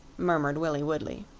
murmured willie woodley.